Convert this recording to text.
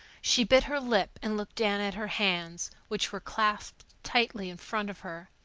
she bit her lip and looked down at her hands, which were clasped tightly in front of her.